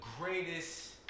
greatest